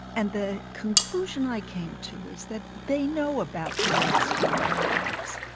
and the conclusion i came to is that they know about the red state paradox.